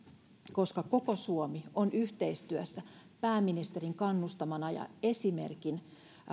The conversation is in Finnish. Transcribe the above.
koska koko suomi on yhteistyössä pääministerin kannustamana ja esimerkin